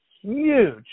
huge